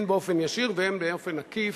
הן באופן ישיר והן באופן עקיף,